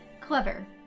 clever